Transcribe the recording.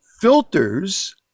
filters